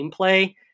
gameplay